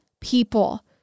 people